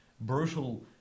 brutal